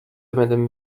madame